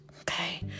Okay